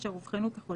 אשר אובחנו כחולים,